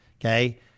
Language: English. okay